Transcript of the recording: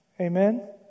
Amen